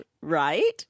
right